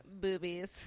boobies